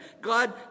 God